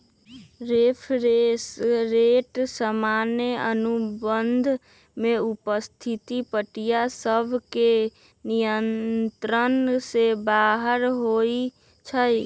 reference rate सामान्य अनुबंध में उपस्थित पार्टिय सभके नियंत्रण से बाहर होइ छइ